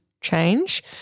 change